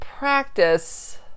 practice